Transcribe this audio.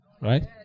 right